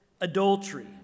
adultery